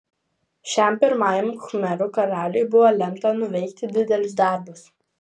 šiam pirmajam khmerų karaliui buvo lemta nuveikti didelius darbus